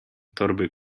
torby